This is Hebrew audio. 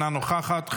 אינה נוכחת,